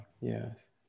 yes